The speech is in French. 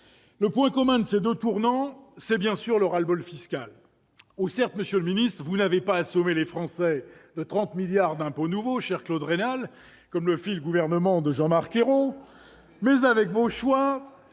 Le point commun de ces deux tournants, c'est bien sûr le ras-le-bol fiscal. Certes, monsieur le ministre, vous n'avez pas assommé les Français de 30 milliards d'euros d'impôts nouveaux, comme le fit le gouvernement de Jean-Marc Ayrault, cher Claude Raynal, ...